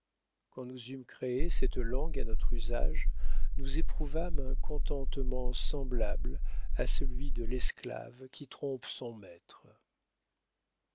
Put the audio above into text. quand nous eûmes créé cette langue à notre usage nous éprouvâmes un contentement semblable à celui de l'esclave qui trompe son maître